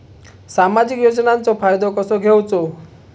सामाजिक योजनांचो फायदो कसो घेवचो?